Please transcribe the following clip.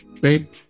babe